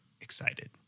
excited